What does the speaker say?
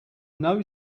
know